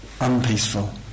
unpeaceful